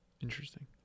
interesting